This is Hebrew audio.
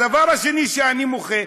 הדבר השני שאני מוחה,